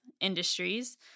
industries